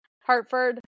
hartford